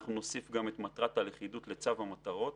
אנחנו נוסיף את מטרת הלכידות לצד המטרות.